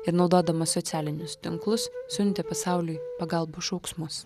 ir naudodama socialinius tinklus siuntė pasauliui pagalbos šauksmus